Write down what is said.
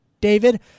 David